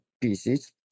pieces